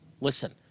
Listen